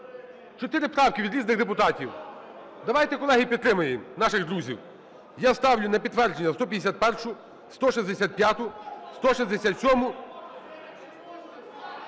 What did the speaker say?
чотири правки від різних депутатів. Давайте, колеги підтримаємо наших друзів. Я ставлю на підтвердження 151, 165, 167